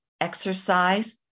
exercise